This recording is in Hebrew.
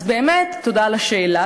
אז באמת תודה על השאלה,